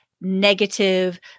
negative